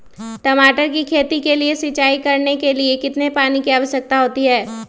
टमाटर की खेती के लिए सिंचाई करने के लिए कितने पानी की आवश्यकता होती है?